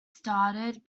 started